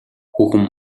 хүүхэн